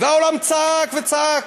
והעולם צעק וצעק,